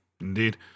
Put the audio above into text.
Indeed